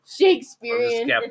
Shakespearean